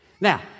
Now